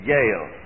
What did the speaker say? Yale